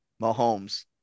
Mahomes